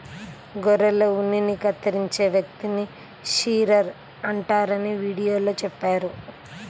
గొర్రెల ఉన్నిని కత్తిరించే వ్యక్తిని షీరర్ అంటారని వీడియోలో చెప్పారు